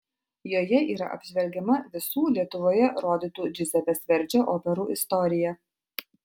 joje yra apžvelgiama visų lietuvoje rodytų džiuzepės verdžio operų istorija